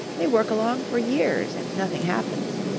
they work along for years, and nothing happens.